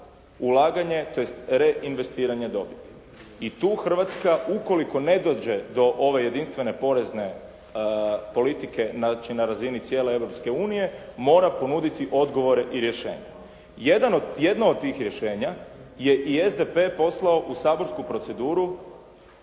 ulaganje tj. reinvestiranje dobiti. I tu Hrvatska ukoliko ne dođe do ove jedinstvene porezne politike, znači na razini cijele Europske unije, mora ponuditi odgovore i rješenja. Jedno od tih rješenja je i SDP poslao u saborsku proceduru,